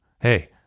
Hey